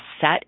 set